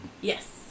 Yes